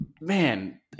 man